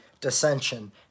dissension